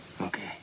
Okay